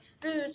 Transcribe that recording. food